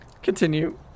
Continue